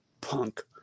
Punk